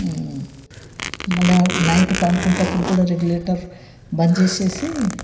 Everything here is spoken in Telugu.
మళ్ళా నైట్ పడుకునేటప్పుడు కూడా రెగ్యులేటర్ బంద్ చేసేసి